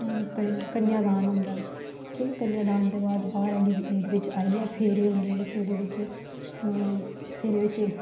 कन्या दान कीता जंदा ऐ कन्या दान दे बाद बाह्र आह्ली बेद बिच आइयै फेरे होंदे न फेरे बिच फेरे बिच